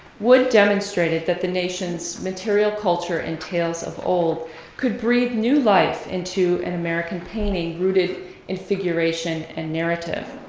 wood demonstrated that the nation's material culture and tales of old could breathe new life into an american painting rooted in figuration and narrative.